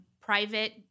private